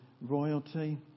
royalty